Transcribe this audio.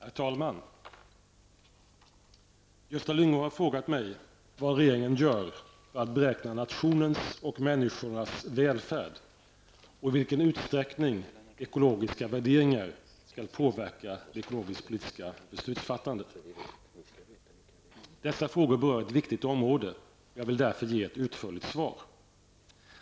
Herr talman! Gösta Lyngå har frågat mig vad regeringen gör för att beräkna nationens och människornas välfärd och i vilken utsträckning ekologiska värderingar skall påverka det ekonomisk-politiska beslutsfattandet. Dessa frågor berör ett viktigt område, och jag vill därför ge ett utförligt svar.